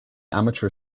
amateur